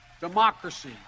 Democracy